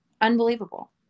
unbelievable